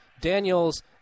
Daniels